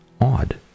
odd